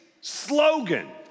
slogan